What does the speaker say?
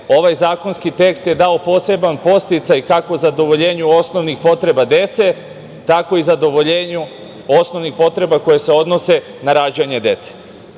ovaj zakonski tekst je dao poseban podsticaj kako zadovoljenju osnovnih potreba dece, tako i zadovoljenju osnovnih potreba koje se odnose na rađanje dece.